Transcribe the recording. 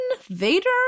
Vader